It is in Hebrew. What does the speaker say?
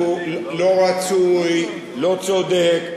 לא רצוי, לא צודק.